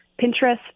Pinterest